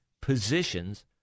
positions